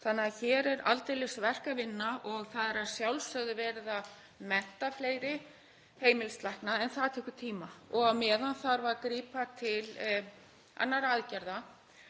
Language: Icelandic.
þannig að hér er aldeilis verk að vinna. Það er að sjálfsögðu verið að mennta fleiri heimilislækna en það tekur tíma og á meðan þarf að grípa til annarra aðgerða.